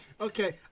Okay